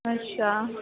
अच्छा